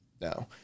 No